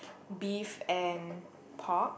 beef and pork